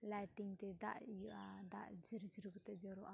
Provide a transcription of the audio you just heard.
lighting ᱛᱮ ᱫᱟᱜ ᱤᱭᱟᱹᱜᱼᱟ ᱫᱟᱜ ᱡᱷᱤᱨ ᱡᱷᱤᱨ ᱠᱟᱛᱮ ᱡᱚᱨᱚᱜᱼᱟ